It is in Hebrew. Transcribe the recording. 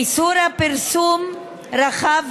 איסור הפרסום רחב,